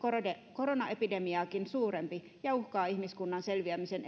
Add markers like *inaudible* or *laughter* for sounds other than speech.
koronaepidemiaakin suurempi ja uhkaa ihmiskunnan selviämisen *unintelligible*